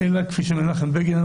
אלא כפי שאמר מנחם בגין,